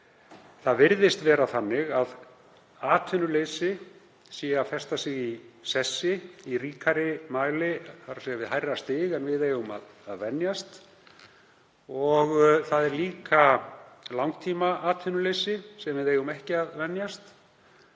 Það virðist þó vera þannig að atvinnuleysi sé að festa sig í sessi í ríkara mæli, þ.e. hærra stig en við eigum að venjast. Það er líka langtímaatvinnuleysi sem við eigum ekki að venjast.